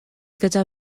gyda